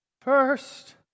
First